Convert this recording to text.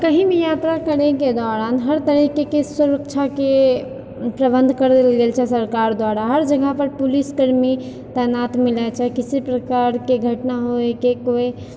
कही भी यात्रा करैके दौरान हर तरहकेँ सुरक्षाके प्रबन्ध करल जाए छै सरकार द्वारा हर जगहपर पुलिसकर्मी तैनात मिलैत छै किसी प्रकारके घटना होएके कोइ